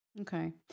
Okay